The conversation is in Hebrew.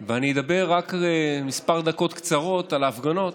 ממטולה ועד אילת לא היו אנשים שלא יכלו להסתדר